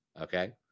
Okay